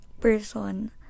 person